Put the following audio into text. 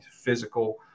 physical